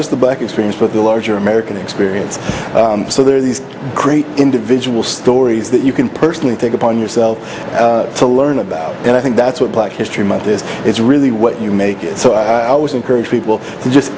just the black experience but the larger american experience so there are these great individual stories that you can personally take upon yourself to learn about and i think that's what black history month this is really what you make it so i always encourage people to just